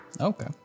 Okay